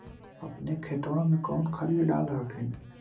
अपने खेतबा मे कौन खदिया डाल हखिन?